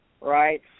right